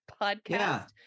podcast